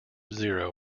zero